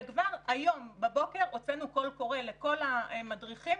וכבר הבוקר הוצאנו קול קורא לכל המדריכים,